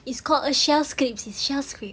it's called a shell scrape sis shell scrape